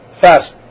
fast